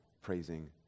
praising